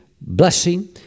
blessing